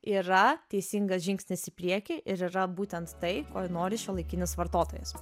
yra teisingas žingsnis į priekį ir yra būtent tai ko nori šiuolaikinis vartotojas